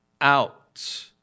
out